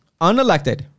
Unelected